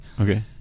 Okay